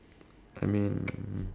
I mean